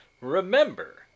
Remember